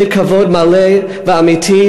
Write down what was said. לתת כבוד מלא ואמיתי,